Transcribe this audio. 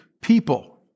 people